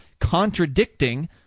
contradicting